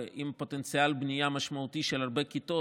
ועם פוטנציאל בנייה משמעותי של הרבה כיתות,